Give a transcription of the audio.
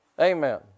Amen